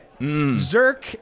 Zerk